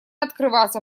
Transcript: открываться